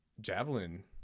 javelin